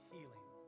Healing